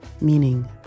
meaning